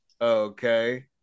Okay